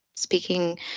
Speaking